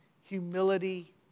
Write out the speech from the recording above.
humility